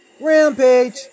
Rampage